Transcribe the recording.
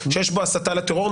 שיש בו הסתה לטרור,